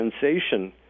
sensation